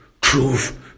truth